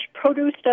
produce